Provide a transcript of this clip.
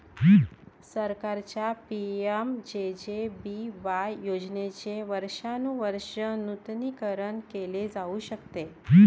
सरकारच्या पि.एम.जे.जे.बी.वाय योजनेचे वर्षानुवर्षे नूतनीकरण केले जाऊ शकते